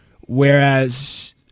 whereas